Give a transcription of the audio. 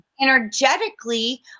energetically